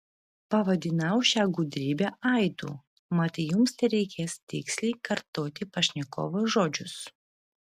pavadinau šią gudrybę aidu mat jums tereikės tiksliai kartoti pašnekovo žodžius